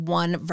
one